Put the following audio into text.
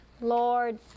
Lord